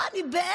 וואו, אני בהלם.